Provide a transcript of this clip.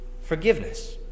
Forgiveness